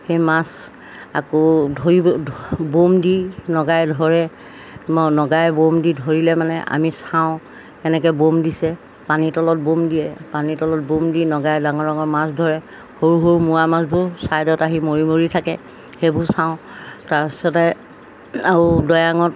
সেই মাছ আকৌ ধৰিব ব'ম দি নগাই ধৰে নগাই ব'ম দি ধৰিলে মানে আমি চাওঁ কেনেকৈ ব'ম দিছে পানী তলত ব'ম দিয়ে পানী তলত ব'ম দি নগাই ডাঙৰ ডাঙৰ মাছ ধৰে সৰু সৰু মৰা মাছবোৰ ছাইডত আহি মৰি মৰি থাকে সেইবোৰ চাওঁ তাৰপিছতে আৰু দৈয়াঙত